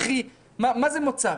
וכי מה זה מוצא?